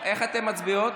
איך אתן מצביעות?